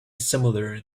similar